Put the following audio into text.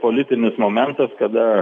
politinis momentas kada